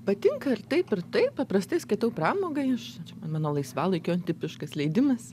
patinka ir taip ir taip paprastai skaitau pramogai aš mano laisvalaikio tipiškas leidimas